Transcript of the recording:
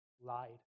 lied